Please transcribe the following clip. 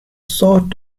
sought